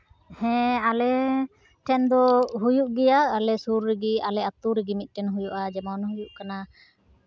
ᱦᱮᱸ ᱟᱞᱮ ᱴᱷᱮᱱ ᱫᱚ ᱦᱩᱭᱩᱜ ᱜᱮᱭᱟ ᱟᱞᱮ ᱥᱩᱨ ᱨᱮᱜᱮ ᱟᱞᱮ ᱟᱹᱛᱩ ᱨᱮᱜᱮ ᱢᱤᱫᱴᱮᱱ ᱦᱩᱭᱩᱜᱼᱟ ᱡᱮᱢᱚᱱ ᱦᱩᱭᱩᱜ ᱠᱟᱱᱟ